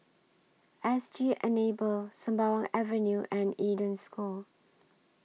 S G Enable Sembawang Avenue and Eden School